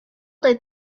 they